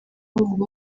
mpamvu